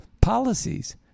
policies